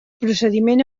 procediment